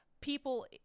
people